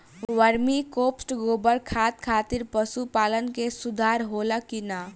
Vermi compost गोबर खाद खातिर पशु पालन में सुधार होला कि न?